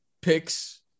picks